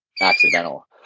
accidental